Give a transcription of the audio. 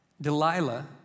Delilah